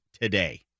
today